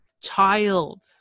child